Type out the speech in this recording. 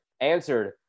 answered